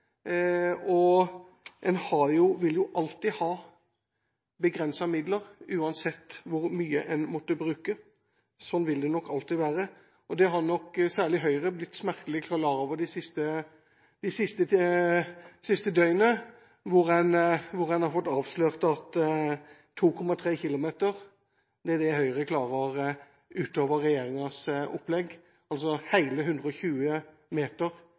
og en vil jo alltid ha begrensede midler, uansett hvor mye en måtte bruke. Sånn vil det nok alltid være. Det har nok særlig Høyre blitt smertelig klar over det siste døgnet, der en har fått avslørt at 2,3 km er det Høyre klarer utover regjeringens opplegg, altså hele 120